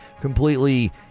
completely